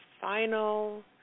final